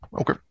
Okay